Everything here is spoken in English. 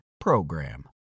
PROGRAM